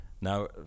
now